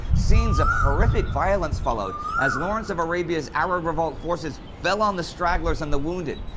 scenes of horrific violence followed as lawrence of arabia's arab revolt forces fell on the stragglers and the wounded.